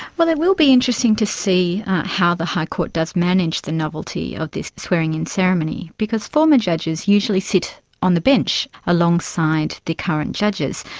well, it will be interesting to see how the high court does manage the novelty of this swearing-in ceremony, because former judges usually sit on the bench alongside the current judges.